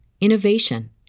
innovation